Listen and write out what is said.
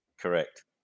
Correct